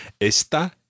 Esta